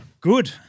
good